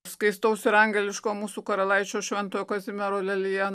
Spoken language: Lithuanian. skaistaus ir angeliško mūsų karalaičio šventojo kazimiero lelija